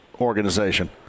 organization